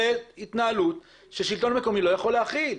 זאת התנהלות ששלטון מקמי לא יכול להכיל.